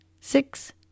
six